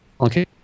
okay